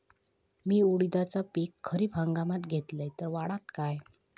मी उडीदाचा पीक खरीप हंगामात घेतलय तर वाढात काय?